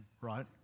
right